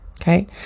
Okay